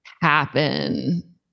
happen